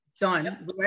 done